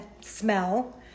smell